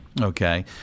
Okay